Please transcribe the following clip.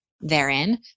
therein